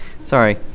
Sorry